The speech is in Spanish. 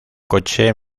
coche